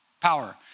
power